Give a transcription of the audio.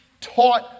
taught